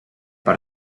per